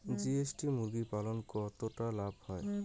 GST মুরগি পালনে কতটা লাভ হয়?